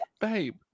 Babe